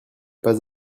pas